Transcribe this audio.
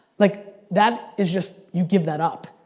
like that is just, you give that up.